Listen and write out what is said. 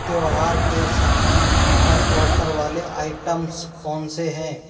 त्यौहार के सामान पर ऑफ़र वाले आइटम्स कौनसे हैं